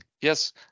yes